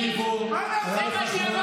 מה לעשות,